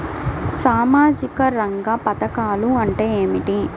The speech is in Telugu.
సామాజిక రంగ పధకాలు అంటే ఏమిటీ?